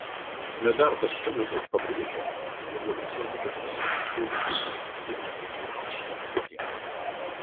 medardas čobotas pabrėžė jog labai svarbu kad žmonės ilgai gyventų ir nebūtų našta kitiems